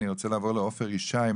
אני רוצה לעבור לעופר ישי,